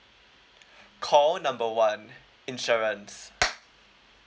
call number one insurance